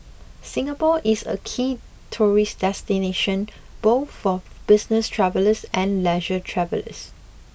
Singapore is a key tourist destination both for business travellers and leisure travellers